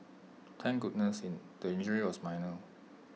thank goodness in the injury was minor